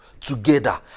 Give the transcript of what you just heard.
together